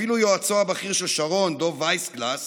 אפילו יועצו הבכיר של שרון דב וייסגלס